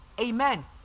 Amen